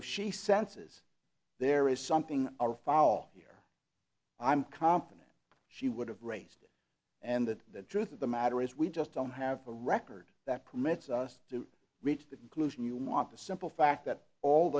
if she senses there is something or fall here i'm confident she would have raised it and that the truth of the matter is we just don't have a record that permits us to reach the conclusion you want the simple fact that all